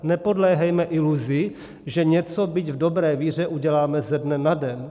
Nepodléhejme iluzi, že něco, byť v dobré víře, uděláme ze dne na den.